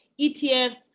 ETFs